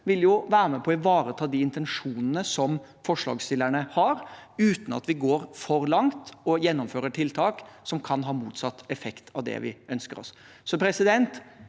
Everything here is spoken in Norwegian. vil være med på å ivareta de intensjonene som forslagsstillerne har, uten at vi går for langt og gjennomfører tiltak som kan ha motsatt effekt av det vi ønsker oss. Så litt